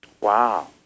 Wow